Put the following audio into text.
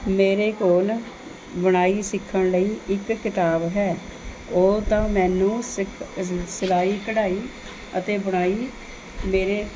ਮੇਰੇ ਕੋਲ ਬੁਣਾਈ ਸਿੱਖਣ ਲਈ ਇੱਕ ਕਿਤਾਬ ਹੈ ਉਹ ਤਾਂ ਮੈਨੂੰ ਸਿੱਖ ਸਿਲਾਈ ਕਢਾਈ ਅਤੇ ਬੁਣਾਈ ਮੇਰੇ